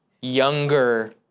younger